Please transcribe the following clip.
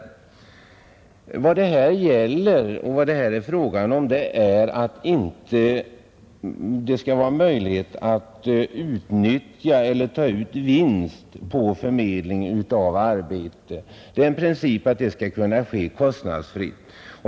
Vad det här gäller är att det inte skall finnas möjlighet att utnyttja eller ta ut vinst på förmedling av arbete, Det är en princip att förmedling skall kunna ske kostnadsfritt.